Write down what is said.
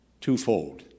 twofold